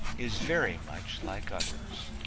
is very much like others.